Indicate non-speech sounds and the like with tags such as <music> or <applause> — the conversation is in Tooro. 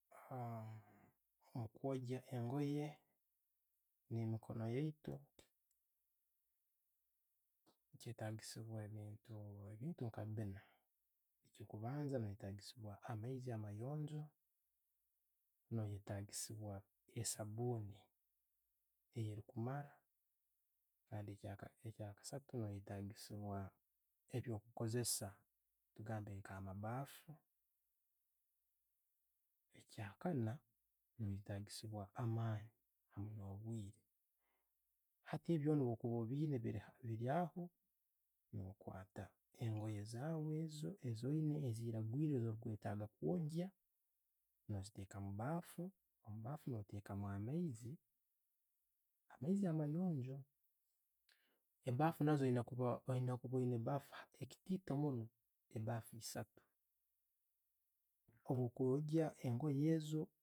<hesitation> Omukwogya engoye ne'mikoono yaitu kyetagissibwa ebintu ebintu nkabiina. Ekyo kubanza, no'wetagissibwa amaiizi amayonjo, noyetagisiibwa esaabuuni eri kumara. Kandi Ekya kasaatu, nowe tagisiibwa ebyo kukozesa nka amaabaafu. Ekya'kaana, nowe tegisibwa amaani hamu no'bwiire. Hati byona bwoba kuba obiyiine biira ho, no kwata engoye zaawe zoyina ezo, eziragwiire zo'kwetaaga kwogya, waziteeka mubaafu, omubaafu no'tekamu amaiizi, amaaizi amayonjo. Ne'baafunazo oyine kuba, hakitito munno, ebaffu esaatu obwokyogya engoye ezo.